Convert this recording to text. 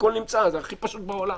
הכול נמצא, זה הכי פשוט בעולם.